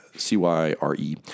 C-Y-R-E